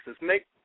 Make